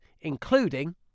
including